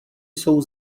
jsou